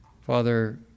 Father